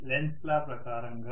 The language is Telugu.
లెంజ్స్ లాLenz's law ప్రకారంగా